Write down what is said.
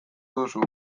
duzu